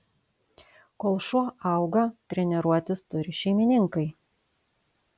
kol šuo auga treniruotis turi šeimininkai